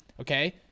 okay